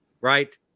right